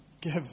give